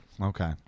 Okay